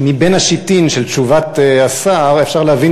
מבין השיטין של תשובת השר אפשר להבין